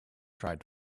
tried